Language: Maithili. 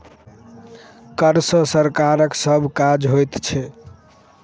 कर सॅ सरकारक सभ काज होइत छै